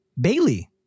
Bailey